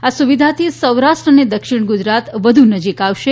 આ સુવિધાથી સૌરાષ્ટ્ર અને દક્ષિણ ગુજરાત વધુ નજીક આવશે